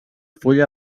fulla